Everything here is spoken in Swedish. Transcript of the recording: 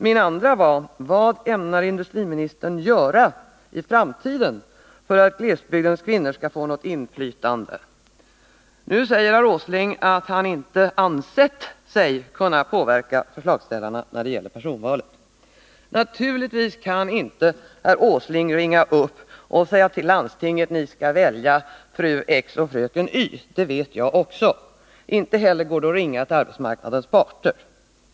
Min andra fråga var: Vad ämnar industriministern göra för att glesbygdslänens kvinnor skall få något inflytande i utvecklingsbolagen? Nu säger herr Åsling att han inte ansett sig kunna påverka förslagsställarna när det gäller personval. Naturligtvis kan inte herr Åsling ringa upp och säga till landstinget: Ni skall välja fru X och fröken Y. Det vet jag också. Inte heller går det att ringa till arbetsmarknadens parter.